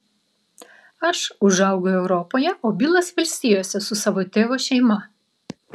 aš užaugau europoje o bilas valstijose su savo tėvo šeima